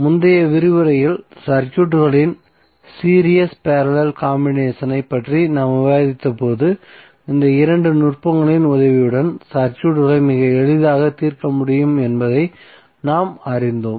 முந்தைய விரிவுரையில் சர்க்யூட்களின் சீரிஸ் பேரலல் காம்பினேஷனை பற்றி நாம் விவாதித்தபோது இந்த இரண்டு நுட்பங்களின் உதவியுடன் சர்க்யூட்களை மிக எளிதாக தீர்க்க முடியும் என்பதை நாம் அறிந்தோம்